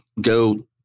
go